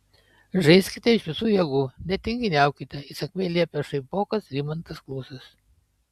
žaiskite iš visų jėgų netinginiaukite įsakmiai liepia šaipokas rimantas klusas